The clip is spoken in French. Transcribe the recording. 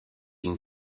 une